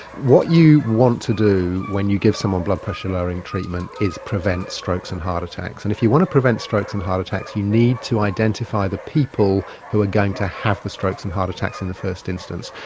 what you want to do when you give someone blood-pressure lowering treatment is prevent strokes and heart attacks, and if you want to prevent strokes and heart attacks you need to identify the people who are going to have the strokes and heart attacks in the first instance.